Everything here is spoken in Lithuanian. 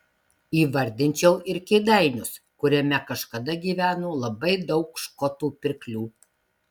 įvardinčiau ir kėdainius kuriame kažkada gyveno labai daug škotų pirklių